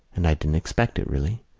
and i didn't expect it, really.